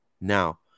Now